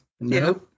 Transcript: No